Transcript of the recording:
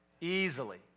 Easily